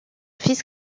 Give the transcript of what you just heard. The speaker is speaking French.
fils